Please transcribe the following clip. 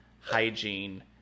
hygiene